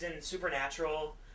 Supernatural